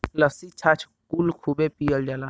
लस्सी छाछ कुल खूबे पियल जाला